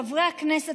חברי הכנסת,